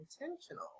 intentional